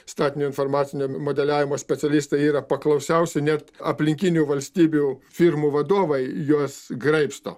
statinio informacinio modeliavimo specialistai yra paklausiausi net aplinkinių valstybių firmų vadovai juos graibsto